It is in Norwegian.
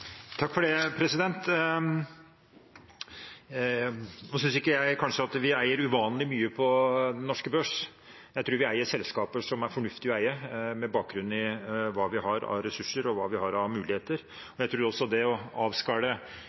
synes kanskje ikke jeg at vi eier uvanlig mye på den norske børs. Jeg tror vi eier selskaper som det er fornuftig å eie med bakgrunn i hva vi har av ressurser, og hva vi har av muligheter. Jeg tror også det å